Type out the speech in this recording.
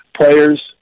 players